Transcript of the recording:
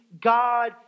God